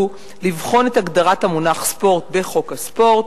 הוא לבחון את הגדרת המונח "ספורט" בחוק הספורט,